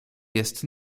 jest